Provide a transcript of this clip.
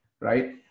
right